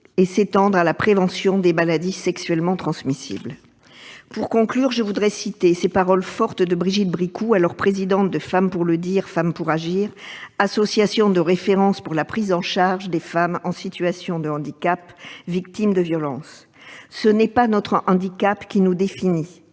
et s'étendre à la prévention des maladies sexuellement transmissibles. Pour conclure, je voudrais citer ces paroles fortes de Brigitte Bricout, alors présidente de Femmes pour le dire, Femmes pour agir, association de référence pour la prise en charge des femmes en situation de handicap victimes de violences :« Ce n'est pas notre handicap qui nous définit,